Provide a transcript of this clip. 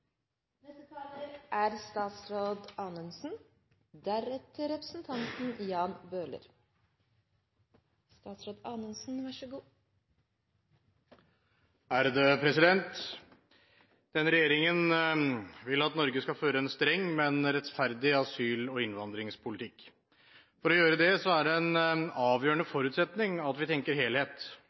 Denne regjeringen vil at Norge skal føre en streng, men rettferdig asyl- og innvandringspolitikk. For å gjøre det er det en avgjørende forutsetning at vi tenker helhet.